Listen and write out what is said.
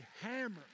hammer